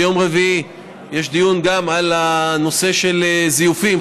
ביום רביעי יש דיון על הנושא של זיופים,